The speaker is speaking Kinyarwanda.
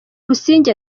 busingye